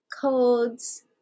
codes